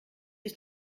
ich